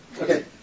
Okay